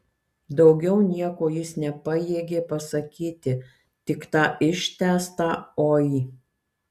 daugiau nieko jis nepajėgė pasakyti tik tą ištęstą oi